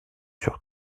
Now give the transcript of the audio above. sur